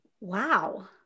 wow